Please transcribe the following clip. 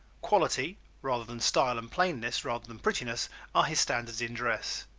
quality rather than style and plainness rather than prettiness are his standards in dress.